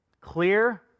clear